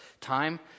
time